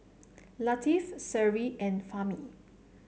Latif Seri and Fahmi